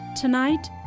Tonight